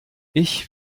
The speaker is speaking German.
ich